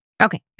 Okay